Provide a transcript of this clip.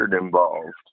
involved